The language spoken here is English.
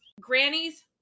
Grannies